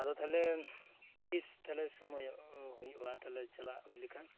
ᱟᱫᱚ ᱛᱟᱦᱚᱞᱮ ᱛᱤᱥ ᱛᱟᱞᱦᱮ ᱥᱳᱢᱚᱭᱚᱜ ᱦᱳᱭᱳᱜᱼᱟ ᱛᱟᱦᱚᱞᱮ ᱪᱟᱞᱟᱜ ᱦᱳᱭ ᱞᱮᱱᱠᱷᱟᱱ